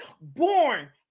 born